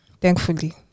Thankfully